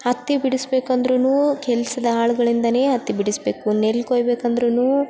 ಹತ್ತಿ ಬಿಡಿಸ್ಬೇಕು ಅಂದ್ರೂ ಕೆಲಸದ ಆಳುಗಳಿಂದಲೇ ಹತ್ತಿ ಬಿಡಿಸ್ಬೇಕು ನೆಲ್ಲು ಕೊಯ್ಬೇಕು ಅಂದ್ರೂ